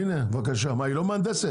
הנה, בבקשה, מה היא לא מהנדסת?